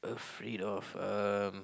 afraid of um